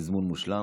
בתזמון מושלם.